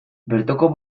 bertoko